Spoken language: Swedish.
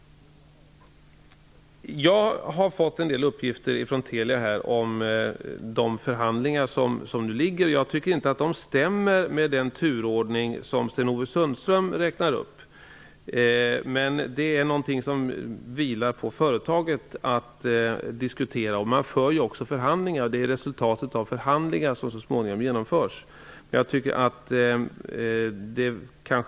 Jag har fått en del uppgifter från Telia om de förhandlingar som nu föreligger. De stämmer inte med den turordning som Sten-Ove Sundström nämner. Det åvilar företaget att diskutera detta. Det förs också förhandlingar, och det är resultatet av de förhandlingarna som så småningom blir avgörande för hur detta kommer att genomföras.